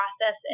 process